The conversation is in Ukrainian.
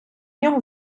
нього